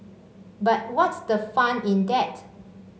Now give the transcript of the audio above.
but what's the fun in that